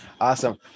Awesome